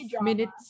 minutes